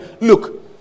Look